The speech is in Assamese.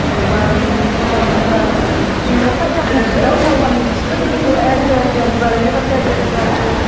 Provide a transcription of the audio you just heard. সিনকে ৰোৱা ৰুই ৰুই আমি আৰ এনেকে চাই থাকোঁ যাউঙো পাৰলি এটে একডেল দিবা লাগে তাতে একডেল দিবা লাগে